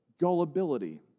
gullibility